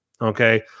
Okay